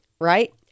right